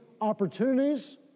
opportunities